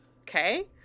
Okay